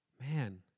man